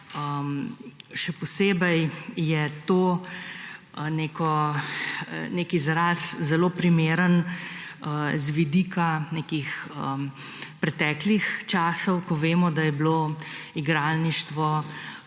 Še posebej je izraz zelo primeren z vidika preteklih časov, ko vemo, da je bilo igralništvo